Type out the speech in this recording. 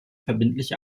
verbindliche